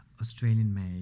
Australian-made